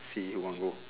she won't go